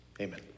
Amen